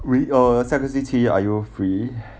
we err 下个星期 are you free